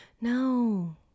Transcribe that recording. No